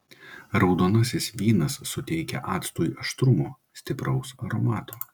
raudonasis vynas suteikia actui aštrumo stipraus aromato